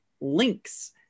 links